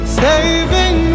saving